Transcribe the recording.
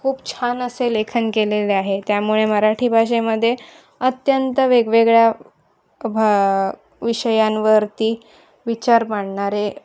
खूप छान असे लेखन केलेले आहे त्यामुळे मराठी भाषेमध्ये अत्यंत वेगवेगळ्या भा विषयांवरती विचार मांडणारे